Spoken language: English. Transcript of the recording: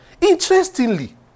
Interestingly